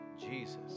Jesus